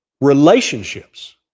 Relationships